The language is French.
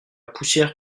poussière